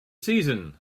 season